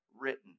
written